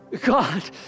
God